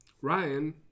Ryan